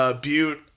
Butte